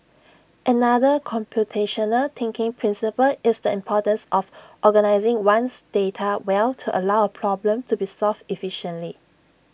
another computational thinking principle is the importance of organising one's data well to allow A problem to be solved efficiently